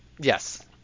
yes